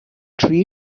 tri